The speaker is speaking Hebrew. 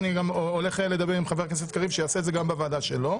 אני גם הולך לדבר עם חבר הכנסת קריב שיעשה את זה גם בוועדה שלו.